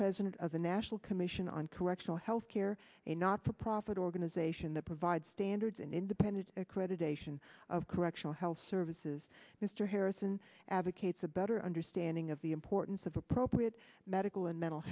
president of the national commission on correctional health care a not for profit organization that provides standards and independent accreditation of correctional health services mr harrison advocates a better understanding of the importance of appropriate medical and mental